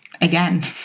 Again